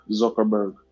Zuckerberg